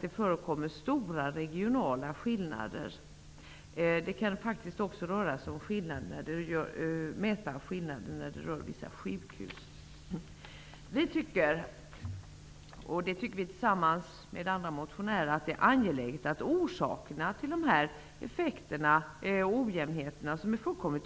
Det förekommer också stora regionala skillnader -- man kan mäta skillnaderna mellan vissa sjukhus. Tillsammans med andra motionärer anser vi att det är angeläget att orsakerna till dessa